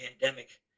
pandemic